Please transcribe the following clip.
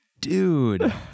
dude